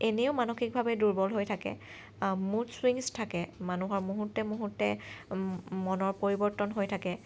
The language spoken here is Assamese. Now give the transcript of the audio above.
এনেও মানসিকভাৱে দুৰ্বল হৈ থাকে মুড ছুইঙচ্ থাকে মানুহৰ মুহূৰ্ত্তে মুহূৰ্ত্তে মনৰ পৰিৱৰ্তন হৈ থাকে